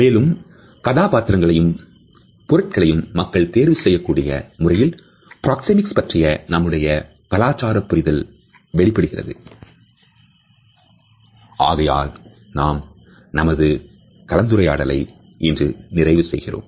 மேலும் கதாபாத்திரங்களையும் பொருட்களையும் மக்கள் தேர்வு செய்யக்கூடிய முறையில் பிராக்சேமிக்ஸ் பற்றிய நம்முடைய கலாச்சார புரிதல் வெளிப்படுகிறது ஆகையால் நாம் நமது கலந்துரையாடலை இன்று நிறைவு செய்கிறோம்